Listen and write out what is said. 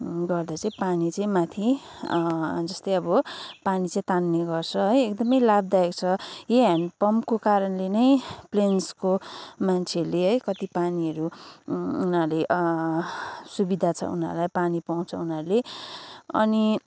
गर्दा चाहिँ पानी चाहिँ माथि जस्तै अब पानी चाहिँ तान्ने गर्छ है एकदमै लाभदायक छ यही ह्यान्ड पम्पको कारणले नै प्लेन्सको मान्छेहरूले है कति पानीहरू उनीहरूले सुविधा छ उनीहरूलाई पानी पाउँछ उनीहरूले अनि